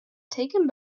taken